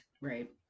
Right